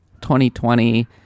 2020